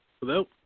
Hello